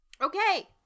Okay